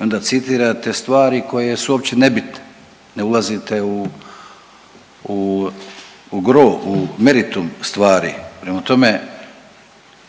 i onda citirate stvari koje su uopće nebitne, ne ulazite u, u gro, u meritum stvari. Prema tome,